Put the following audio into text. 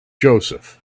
joseph